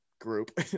group